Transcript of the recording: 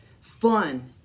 fun